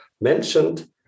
mentioned